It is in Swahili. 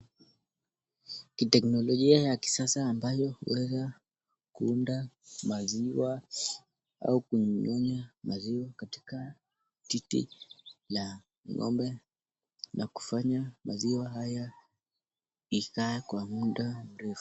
Kiteknologia ya kisasa ambayo uweza kuunda maziwa au kunyonya maziwa katika titi la ngombe na kufanya maziwa haya ikae kwa mda mrefu.